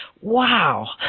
wow